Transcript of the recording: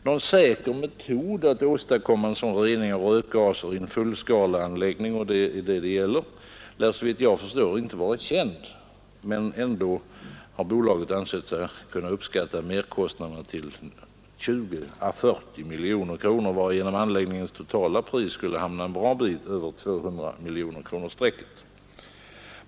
Någon säker metod att åstadkomma en sådan rening av rökgaserna i en fullskaleanläggning — som det här gäller — lär såvitt jag förstår inte vara känd, men bolaget har ändå ansett sig kunna uppskatta merkostnaderna till 20 å 40 miljoner kronor. Blir merkostnaden så stor skulle anläggningens totala pris hamna en bra bit över 200-miljonersstrecket.